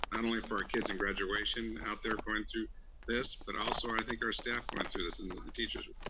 not only for our kids in graduation out there going through this, but also i think our staff going through this and the teachers.